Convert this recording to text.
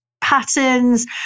patterns